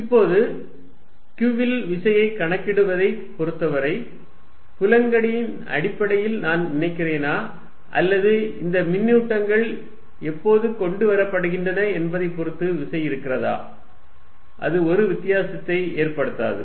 FqE இப்போது q இல் விசையைக் கணக்கிடுவதைப் பொருத்தவரை புலங்களின் அடிப்படையில் நான் நினைக்கிறேனா அல்லது இந்த மின்னூட்டங்கள் எப்போது கொண்டு வரப்படுகின்றன என்பதைப் பொறுத்து விசை இருக்கிறதா அது ஒரு வித்தியாசத்தை ஏற்படுத்தாது